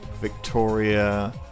Victoria